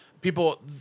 people